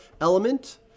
element